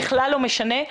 בכלל לא משנה.